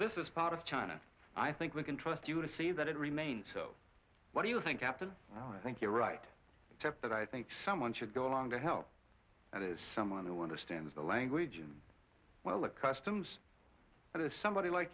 this is part of china i think we can trust you to see that it remains so what do you think after oh i think you're right except that i think someone should go along to help that is someone who understands the language and well the customs of somebody like